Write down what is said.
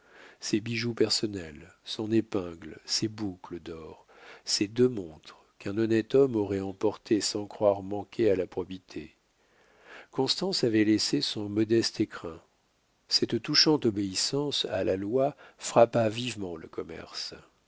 ses bijoux personnels son épingle ses boucles d'or ses deux montres qu'un honnête homme aurait emportées sans croire manquer à la probité constance avait laissé son modeste écrin cette touchante obéissance à la loi frappa vivement le commerce